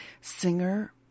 singer